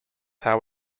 how